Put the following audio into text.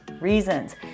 reasons